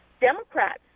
Democrats